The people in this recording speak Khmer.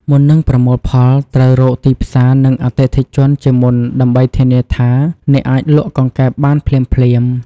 មុននឹងប្រមូលផល ត្រូវរកទីផ្សារ និង អតិថិជន ជាមុនដើម្បីធានាថាអ្នកអាចលក់កង្កែបបានភ្លាមៗ។